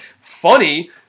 Funny